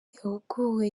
yaguwe